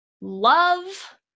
love